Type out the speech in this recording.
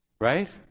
Right